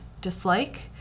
dislike